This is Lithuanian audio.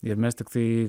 ir mes tiktai